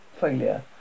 failure